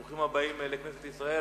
ברוכים הבאים לכנסת ישראל.